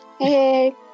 Hey